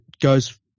goes